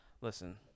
Listen